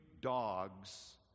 dogs